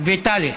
וטלי.